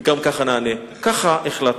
וככה גם נענה: ככה החלטנו.